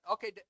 Okay